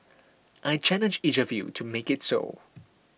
I challenge each of you to make it so